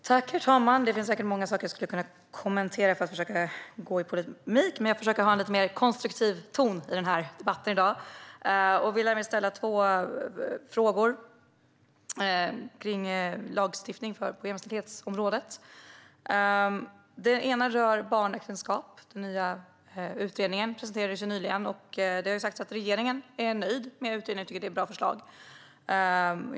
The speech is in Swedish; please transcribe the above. Herr talman! Det finns säkert många saker som jag hade kunnat kommentera för att gå i polemik, men jag ska försöka ha en lite mer konstruktiv ton i denna debatt. Jag vill ställa två frågor om lagstiftning på jämställdhetsområdet. Den ena rör barnäktenskap. Den nya utredningen presenterades ju nyligen, och det har sagts att regeringen är nöjd med utredningen och tycker att förslagen är bra.